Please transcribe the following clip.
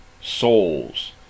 souls